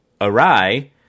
awry